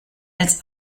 als